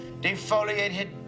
defoliated